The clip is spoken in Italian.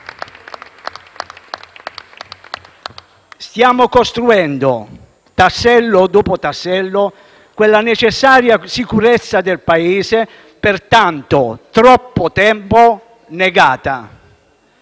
Stiamo costruendo, tassello dopo tassello, quella necessaria sicurezza del Paese per tanto, troppo tempo negata.